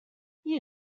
you